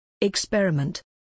Experiment